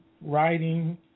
writing